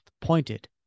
pointed